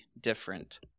different